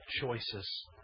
choices